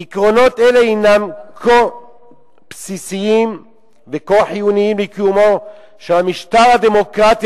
"עקרונות אלה הינם כה בסיסיים וכה חיוניים לקיומו של המשטר הדמוקרטי